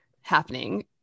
happening